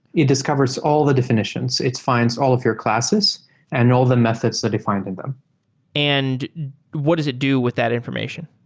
it discovers all the defi nitions. it fi nds all of your classes and all the methods that you fi nd in them and what does it do with that information?